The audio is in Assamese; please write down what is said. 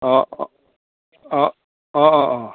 অঁ অঁ অঁ অঁ অঁ অঁ